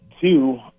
two